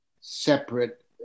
separate